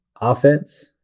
offense